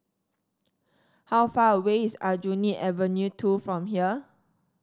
how far away is Aljunied Avenue Two from here